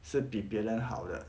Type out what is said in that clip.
是比别人好的